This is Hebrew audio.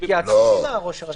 אבל התייעצו עם ראש הרשות.